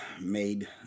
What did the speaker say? made